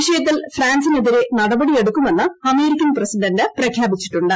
വിഷയത്തിൽ ഫ്രാൻസിനെതിരെ നടപടിയെടുക്കുമെന്ന് അമേരിക്കൻ പ്രസിഡന്റ് പ്രഖ്യാപിച്ചിട്ടുണ്ട്